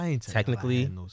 technically